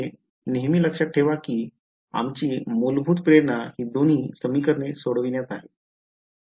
हे नेहमी लक्षात ठेवा की आमची मूलभूत प्रेरणा ही दोन्ही समीकरणे सोडवण्यात आहे